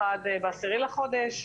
אחד ב-10 בחודש,